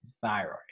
thyroid